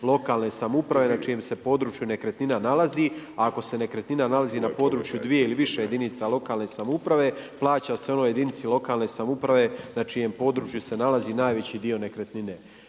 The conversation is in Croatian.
lokalne samouprave na čijem se području nekretnina nalazi, a ako se nekretnina nalazi na području dvije ili više jedinica lokalne samouprave, plaća se onoj jedinici lokalne samouprave na čijem području se nalazi najveći dio nekretnine.